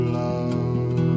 love